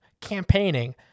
campaigning